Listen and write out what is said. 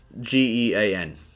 G-E-A-N